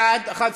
26 בעד, 11